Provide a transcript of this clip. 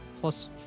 plus